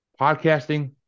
podcasting